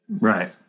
Right